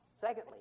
secondly